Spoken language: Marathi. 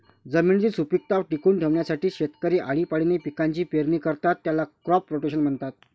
जमिनीची सुपीकता टिकवून ठेवण्यासाठी शेतकरी आळीपाळीने पिकांची पेरणी करतात, याला क्रॉप रोटेशन म्हणतात